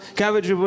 cabbage